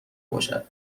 باشد